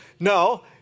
No